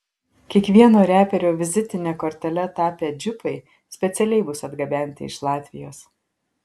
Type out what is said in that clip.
kiekvieno reperio vizitine kortele tapę džipai specialiai bus atgabenti iš latvijos